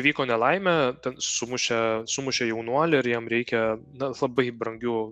įvyko nelaimė ten sumušė sumušė jaunuolį ir jam reikia na labai brangių